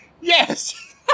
yes